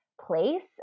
place